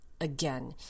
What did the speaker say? again